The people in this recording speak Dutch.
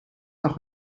nog